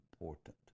important